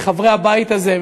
לחברי הבית הזה,